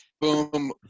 boom